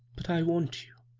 but i want you,